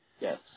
Yes